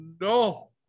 no